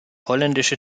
holländische